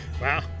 Wow